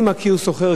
אני מכיר סוחר,